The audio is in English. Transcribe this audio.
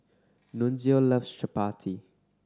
Nunzio loves Chapati